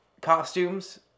costumes